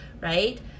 right